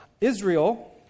Israel